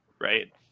right